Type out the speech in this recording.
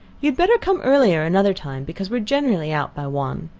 you had better come earlier another time, because we are generally out by one.